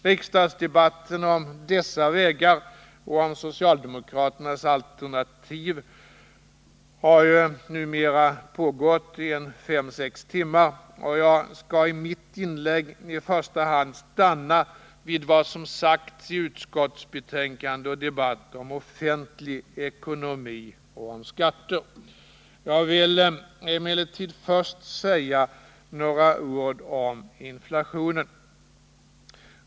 Riksdagsdebatten om dessa vägar och om socialdemokraternas alternativ har ju numera pågått i fem sex timmar, och jag skall i mitt inlägg i första hand stanna vid vad som sagts i utskottsbetänkandet och debatten om offentlig ekonomi och om skatter. Jag vill emellertid först säga några ord om inflationen.